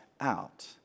out